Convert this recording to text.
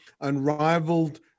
Unrivaled